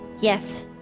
Yes